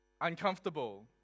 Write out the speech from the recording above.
uncomfortable